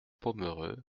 pomereux